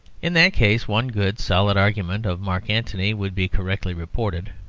in that case one good, solid argument of mark antony would be correctly reported.